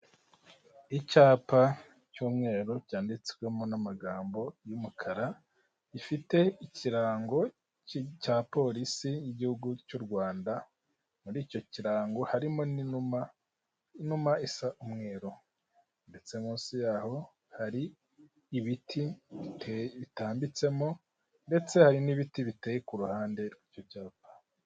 Icyapa cy'umweru cyanditswemo n'amagambo y'umukara, gifite ikirango cya polisi y'igihugu cy'u Rwanda, muri icyo kirango harimo n'inuma inuma isa umweru. Ndetse munsi yaho hari ibiti bite bitambitsemo, ndetse hari n'ibiti biteye ku ruhande, rw'ibyo byapa.